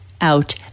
out